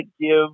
give